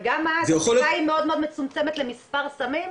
וגם אז הבדיקה היא מאוד מאוד מצומצמת למספר סמים?